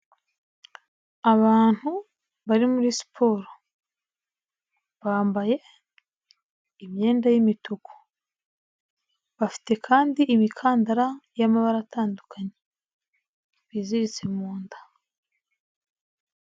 Abantu bari muri siporo, bambaye imyenda y'imituku, bafite kandi imikandara y'amabara atandukanye biziritse mu nda.